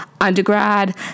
undergrad